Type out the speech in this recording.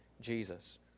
Jesus